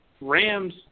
Rams